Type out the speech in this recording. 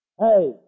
Hey